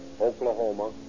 Oklahoma